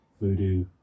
voodoo